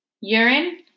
Urine